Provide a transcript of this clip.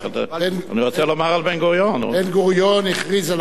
אני רוצה לומר על בן-גוריון בן-גוריון הכריז על הקמת המדינה,